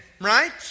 right